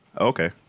Okay